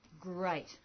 Great